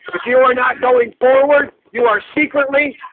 but if you are not going forward you are secretly